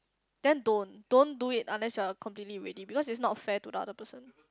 then don't don't do it unless you are completely ready because it's not fair to the other person